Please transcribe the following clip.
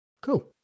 cool